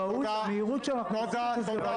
לא רק להאשים אחרים, שזה בסדר, דרך